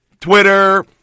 Twitter